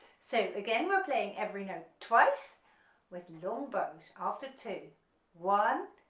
so again we're playing every note twice with long bows after two one,